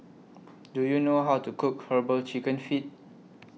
Do YOU know How to Cook Herbal Chicken Feet